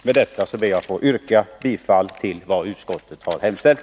Med detta ber jag att få yrka bifall till vad utskottet har hemställt.